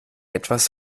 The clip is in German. etwas